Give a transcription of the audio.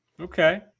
Okay